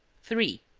three.